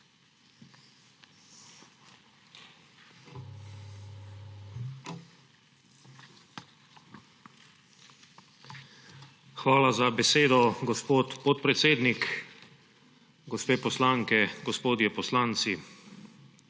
Hvala za besedo, gospod podpredsednik. Gospe poslanke, gospodje poslanci!